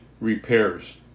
repairs